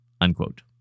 unquote